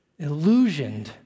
illusioned